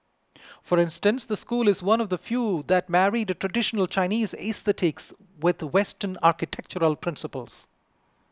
for instance the school is one of the few that married traditional Chinese aesthetics with Western architectural principles